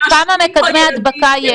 כמה מקדמי הדבקה יש?